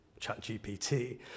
ChatGPT